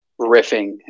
riffing